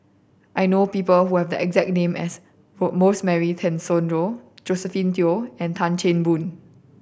I know people who have the exact name as Rosemary Tessensohn Josephine Teo and Tan Chan Boon